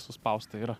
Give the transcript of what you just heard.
suspausta yra